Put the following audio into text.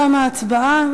תמה ההצבעה.